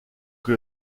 que